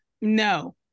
No